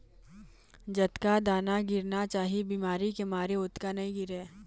जतका दाना गिरना चाही बिमारी के मारे ओतका नइ गिरय